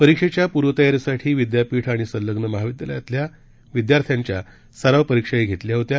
परीक्षेच्या पूर्वतयारीसाठी विद्यापीठ आणि संलग्न महाविद्यालयांनी विद्यार्थ्याच्या सराव परीक्षाही घेतल्या होत्या